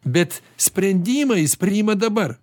bet sprendimą jis priima dabar